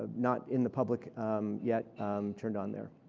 ah not in the public yet turned on there.